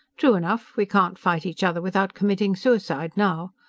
true enough! we can't fight each other without committing suicide, now.